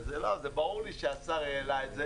ברור לי שהשר העלה את זה